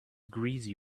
greasy